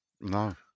No